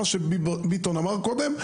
מה שביטון אמר קודם,